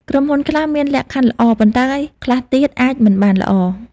ក្រុមហ៊ុនខ្លះមានលក្ខខណ្ឌល្អ ប៉ុន្តែខ្លះទៀតអាចមិនបានល្អ។